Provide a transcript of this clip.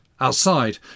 Outside